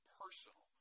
personal